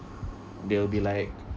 they'll be like